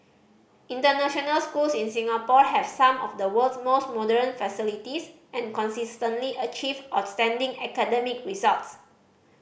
international schools in Singapore have some of the world's most modern facilities and consistently achieve outstanding academic results